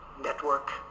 network